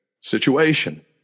situation